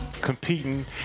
competing